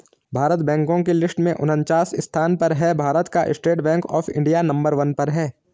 भारत बैंको की लिस्ट में उनन्चास स्थान पर है भारत का state bank of India number one पर है